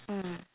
mm